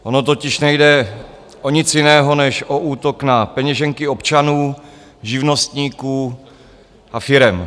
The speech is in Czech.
Ono totiž nejde o nic jiného než o útok na peněženky občanů, živnostníků a firem.